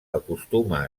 acostuma